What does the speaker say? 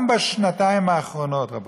גם בשנתיים האחרונות, רבותיי,